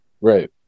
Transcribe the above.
Right